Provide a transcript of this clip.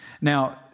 Now